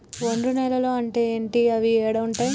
ఒండ్రు నేలలు అంటే ఏంటి? అవి ఏడ ఉంటాయి?